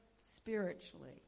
spiritually